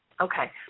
Okay